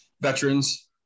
veterans